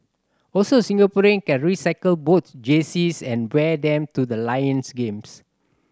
also Singaporean can recycle both jerseys and wear them to the Lions games